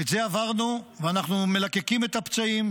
את זה עברנו ואנחנו מלקקים את הפצעים,